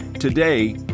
Today